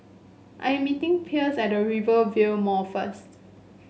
I am meeting Pierce at Rivervale Mall first